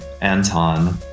Anton